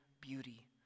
beauty